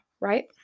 right